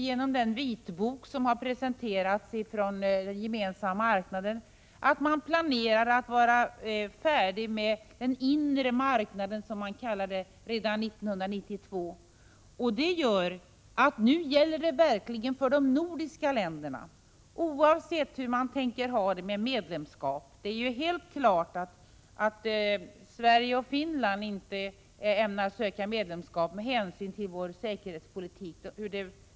Genom den vitbok som har presenterats från den gemensamma marknaden vet vi nu att man planerar att vara färdig med den ”inre” marknaden redan 1992. Det är helt klart att Sverige och Finland med hänsyn till sin säkerhetspolitik inte ämnar söka medlemskap i EG.